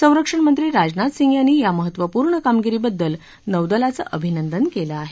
संरक्षणमंत्री राजनाथ सिंह यांनी या महत्त्वपूर्ण कामगिरीबद्दल नौदलाचं अभिनंदन केलं आहे